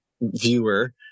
viewer